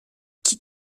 qui